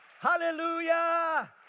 Hallelujah